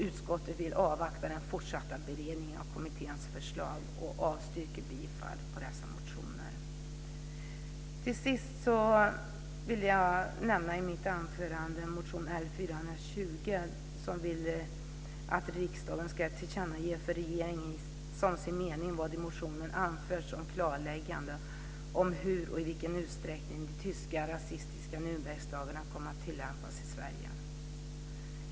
Utskottet vill avvakta den fortsatta beredningen av kommitténs förslag och avstyrker dessa motioner. Till sist vill jag nämna motion L420 som vill att riksdagen ska tillkännage för regeringen som sin mening vad i motionen anförs om klarläggandet av hur och i vilken utsträckning de tyska rasistiska Nürnberglagarna kom att tillämpas i Sverige.